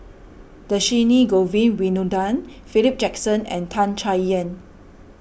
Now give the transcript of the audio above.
Dhershini Govin Winodan Philip Jackson and Tan Chay Yan